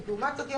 לעומת זאת,